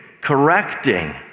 correcting